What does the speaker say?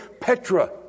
Petra